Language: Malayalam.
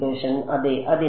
അതെ അതിനാൽ x അല്ല x y